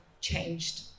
changed